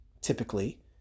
typically